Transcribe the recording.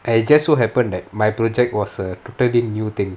and it just so happen that my project was a totally new thing